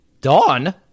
Dawn